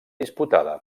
disputada